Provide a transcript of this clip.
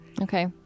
Okay